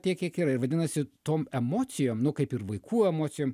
tiek kiek yra ir vadinasi tom emocijom nu kaip ir vaikų emocijom